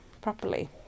properly